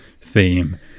theme